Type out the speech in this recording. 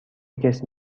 کسی